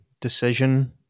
decision